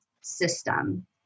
system